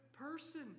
person